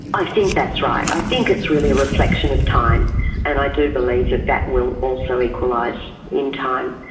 i think that's right. i think it's really a reflection of time and i do believe that that will also equalise in time.